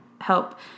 help